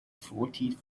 fourty